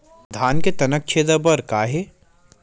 धान के तनक छेदा बर का हे?